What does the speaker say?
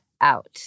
out